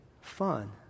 fun